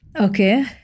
Okay